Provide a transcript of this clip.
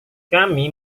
kami